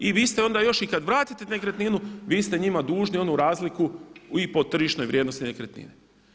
I vi ste onda još i kad vratite nekretninu vi ste njima dužni onu razliku i po tržišnoj vrijednosti nekretnine.